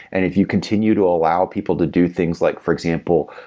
and if you continue to allow people to do things, like for example,